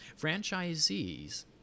Franchisees